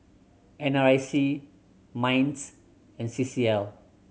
N R I C MINDS and C C L